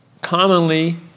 commonly